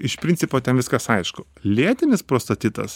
iš principo ten viskas aišku lėtinis prostatitas